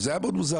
וזה היה מאוד מוזר,